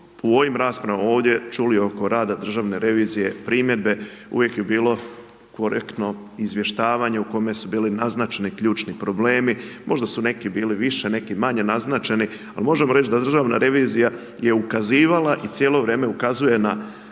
u ovim raspravama, ovdje čuli oko rada državne revizije primjedbe, uvijek je bilo korektno izvještavanje u kome su bili naznačeni ključni problemi, možda su neki bili više, neki manje naznačeni, ali možemo reći da državna revizija je ukazivala i cijelo vrijeme ukazuje na